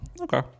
Okay